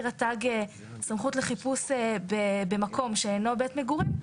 רת"ג סמכות לחיפוש במקום שאינו בית מגורים,